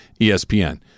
espn